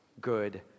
good